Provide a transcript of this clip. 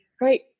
great